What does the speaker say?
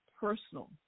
personal